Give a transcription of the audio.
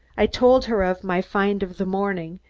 i told her of my find of the morning,